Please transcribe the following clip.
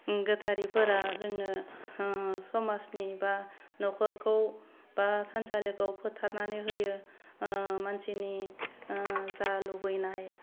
गोथारिफोरा जोंनो समाजनि बा नखरखौ बा थानसालिखौ फोथारनानै होयो मानसिनि जा लुबैनाय